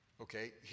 Okay